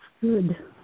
good